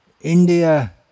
India